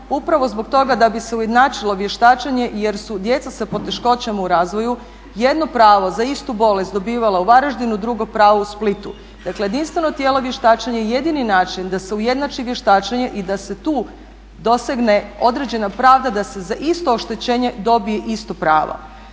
upravo zbog toga da bi se ujednačilo vještačenje jer su djeca sa poteškoćama u razvoju jedno pravo za istu bolest dobivala u Varaždinu, drugo pravo u Splitu. Dakle, jedinstveno tijelo vještačenja je jedini način da se ujednači vještačenje i da se tu dosegne određena pravda da se za isto oštećenje dobije isto pravo.